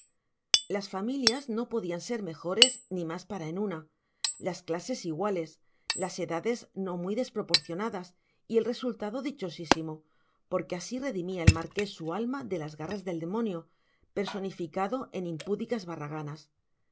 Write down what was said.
las familias no podían ser mejores ni más para en una las clases iguales las edades no muy desproporcionadas y el resultado dichosísimo porque así redimía el marqués su alma de las garras del demonio personificado en impúdicas barraganas